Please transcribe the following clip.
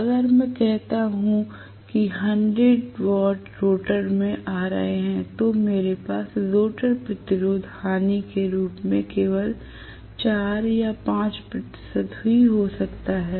अगर मैं कहता हूं कि 100 वाट रोटर में आ रहे हैं तो मेरे पास रोटर प्रतिरोध हानि के रूप में केवल 4 या 5 प्रतिशत ही हो सकता है